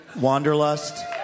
Wanderlust